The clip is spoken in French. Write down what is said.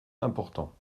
important